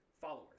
Followers